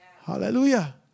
Hallelujah